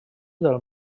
del